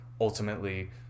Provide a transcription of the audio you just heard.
ultimately